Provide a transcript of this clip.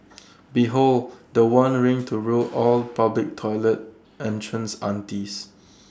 behold The One ring to rule all public toilet entrance aunties